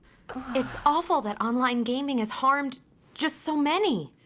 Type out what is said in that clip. it's awful that online gaming has harmed just so many!